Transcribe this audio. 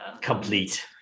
complete